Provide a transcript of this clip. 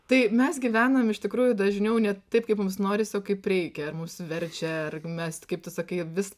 tai mes gyvenam iš tikrųjų dažniau ne taip kaip mums norisi o kaip reikia ar mus verčia ar mes kaip tu sakai vis